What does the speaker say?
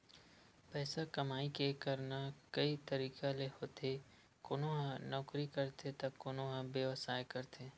पइसा कमई करना कइ तरिका ले होथे कोनो ह नउकरी करथे त कोनो ह बेवसाय करथे